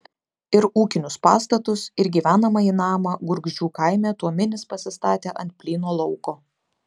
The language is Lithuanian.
ir ūkinius pastatus ir gyvenamąjį namą gurgždžių kaime tuominis pasistatė ant plyno lauko